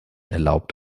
erlaubt